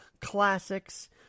classics